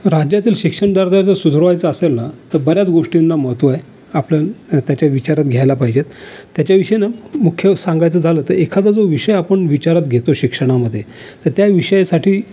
राज्यातील शिक्षण दर्जा जर सुधारायचा असेल ना तर बऱ्याच गोष्टींना महत्त्व आहे आपण त्याच्या विचारात घ्यायला पाहिजे त्याच्याविषयी ना मुख्य सांगायचं झालं तर एखादा जो विषय आपण विचारात घेतो शिक्षणामध्ये तर त्या विषयासाठी